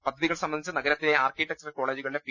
പദ്ധതികൾ സംബ ന്ധിച്ച് നഗരത്തിലെ ആർക്കിടെക്ചറൽ കോളജുകളിലെ പി